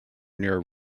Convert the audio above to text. near